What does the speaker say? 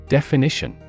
Definition